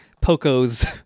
Poco's